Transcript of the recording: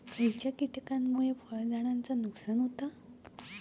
खयच्या किटकांमुळे फळझाडांचा नुकसान होता?